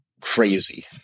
crazy